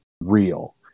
real